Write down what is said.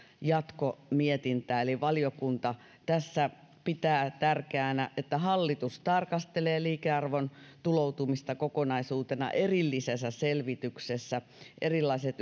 jatkomietintää eli valiokunta tässä pitää tärkeänä että hallitus tarkastelee liikearvon tuloutumista kokonaisuutena erillisessä selvityksessä erilaiset